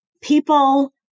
people